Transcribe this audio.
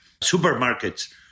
supermarkets